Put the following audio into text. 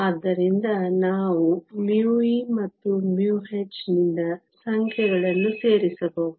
ಆದ್ದರಿಂದ ನಾವು μe ಮತ್ತು μh ನಿಂದ ಸಂಖ್ಯೆಗಳನ್ನು ಸೇರಿಸಬಹುದು